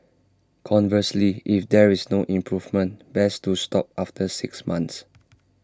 conversely if there is no improvement best to stop after six months